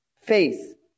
Faith